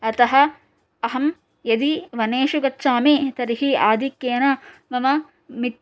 अतः अहं यदि वनेषु गच्छामि तर्हि आधिक्येन मम मित्